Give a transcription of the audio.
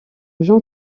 jean